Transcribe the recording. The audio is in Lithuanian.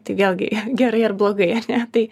tai vėlgi gerai ar blogai ar ne tai